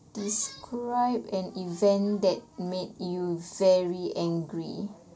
describe an event that made you very angry